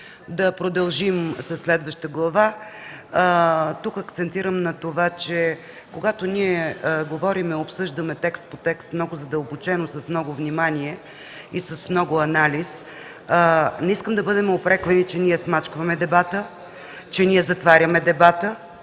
да продължим със следващата глава. Тук акцентирам на това, че когато ние говорим и обсъждаме текст по текст много задълбочено, с много внимание и анализ, не искам да бъдем упреквани, че смачкваме дебата, че затваряме дебата